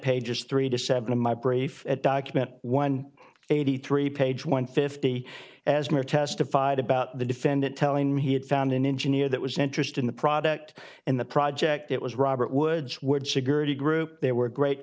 pages three to seven of my brief at document one eighty three page one fifty as near testified about the defendant telling me he had found an engineer that was interested in the product and the project it was robert woods would security group they were great